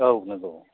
औ नंगौ औ